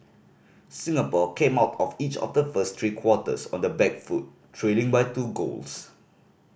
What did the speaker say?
Singapore came out of each of the first three quarters on the back foot trailing by two goals